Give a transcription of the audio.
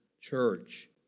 church